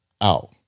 out